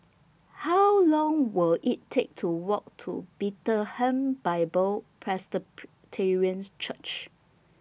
How Long Will IT Take to Walk to Bethlehem Bible Presbyterian Church